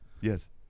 Yes